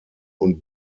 und